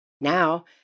Now